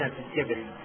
sensitivity